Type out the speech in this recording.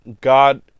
God